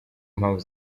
impamvu